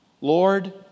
Lord